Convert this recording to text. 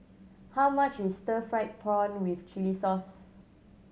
how much is stir fried prawn with chili sauce